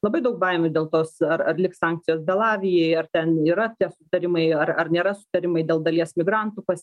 labai daug baimių dėl tos ar ar liks sankcijos belavijai ar ten yra tie sutarimai ar ar nėra sutarimai dėl dalies migrantų pas